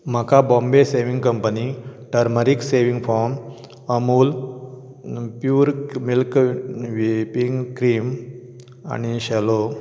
म्हाका Bombay shaving company turmeric shaving foam Amul pure milk whipping cream आनी shallow